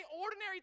ordinary